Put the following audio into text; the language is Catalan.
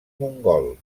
mongol